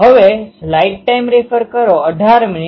તો આ ટર્મ હવે મલી